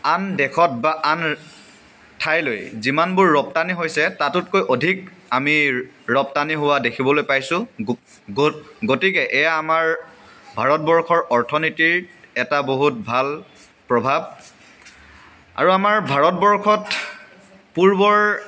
আন দেশত বা আন ঠাইলৈ যিমানবোৰ ৰপ্তানি হৈছে তাতোতকৈ অধিক আমি ৰপ্তানি হোৱা দেখিবলৈ পাইছোঁ গতিকে এয়া আমাৰ ভাৰতবৰ্ষৰ অৰ্থনীতিৰ এটা বহুত ভাল প্ৰভাৱ আৰু আমাৰ ভাৰতবৰ্ষত পূৰ্বৰ